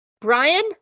Brian